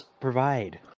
provide